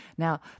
Now